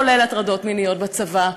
כולל הטרדות מיניות בצבא,